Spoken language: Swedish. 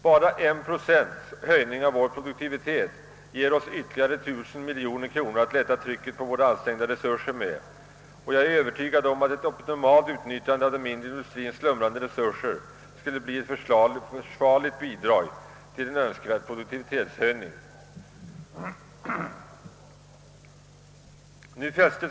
Bara 1 procents höjning av vår produktivitet skulle ge oss ytterligare 1000 miljoner kronor att lätta trycket på våra ansträngda resurser med, Jag är övertygad om att ett optimalt utnyttjande av den mindre industriens slumrande resurser skulle bli ett försvarligt bidrag till en önskvärd produktivitetshöjning.